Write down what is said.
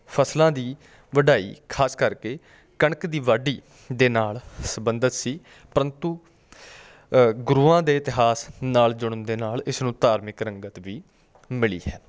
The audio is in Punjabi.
ਫਸਲਾਂ ਦੀ ਵਢਾਈ ਖਾਸ ਕਰਕੇ ਕਣਕ ਦੀ ਵਾਢੀ ਦੇ ਨਾਲ ਸੰਬੰਧਿਤ ਸੀ ਪਰੰਤੂ ਗੁਰੂਆਂ ਦੇ ਇਤਿਹਾਸ ਨਾਲ ਜੁੜਨ ਦੇ ਨਾਲ ਇਸ ਨੂੰ ਧਾਰਮਿਕ ਰੰਗਤ ਵੀ ਮਿਲੀ ਹੈ